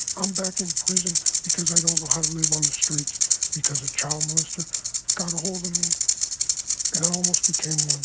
i'm back in prison because i don't know how to live on the streets because a child molester got ahold of me and almost became one,